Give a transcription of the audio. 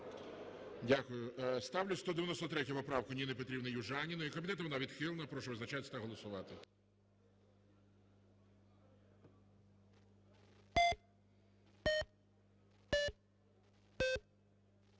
Дякую. Ставлю 193 поправку Ніни Петрівни Южаніної. Комітетом вона відхилена. Прошу визначатись та голосувати.